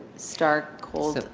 stark, cold.